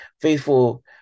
faithful